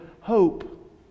hope